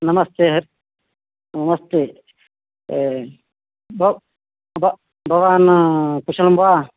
नमस्ते ह नमस्ते भव ब भवान् कुशलं वा